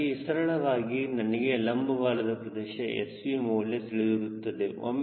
ಹೀಗಾಗಿ ಸರಳವಾಗಿ ನನಗೆ ಲಂಬ ಬಾಲದ ಪ್ರದೇಶ Sv ಮೌಲ್ಯ ತಿಳಿದಿರುತ್ತದೆ